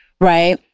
right